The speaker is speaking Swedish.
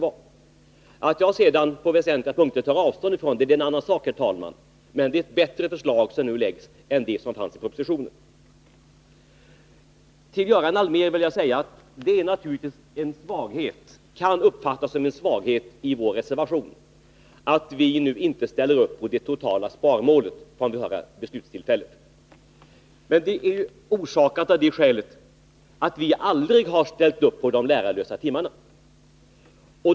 Att jag sedan på väsentliga punkter tar avstånd från det är en annan sak. Det kan naturligtvis uppfattas som en svaghet i vår reservation, Göran Allmér, att vi inte ställer upp på det totala sparmålet från det förra beslutstillfället. Men orsaken är att vi aldrig har ställt upp på de lärarlösa timmarna.